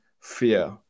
fear